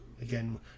again